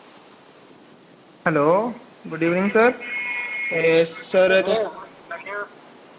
hello good evening sir ए sir तुस